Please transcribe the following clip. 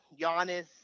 Giannis